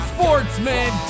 Sportsman